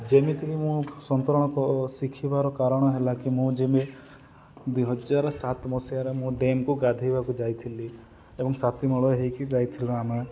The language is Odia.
ଯେମିତିକି ମୁଁ ସନ୍ତରଣ ଶିଖିବାର କାରଣ ହେଲା କି ମୁଁ ଯେମି ଦୁଇହଜାର ସାତ ମସିହାରେ ମୁଁ ଡେମ୍କୁ ଗାଧେଇବାକୁ ଯାଇଥିଲି ଏବଂ ସାଥିମୂଳ ହେଇକି ଯାଇଥିଲୁ ଆମେ